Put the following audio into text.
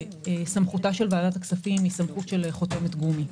שסמכותה של ועדת הכספים היא סמכות של חותמת גומי.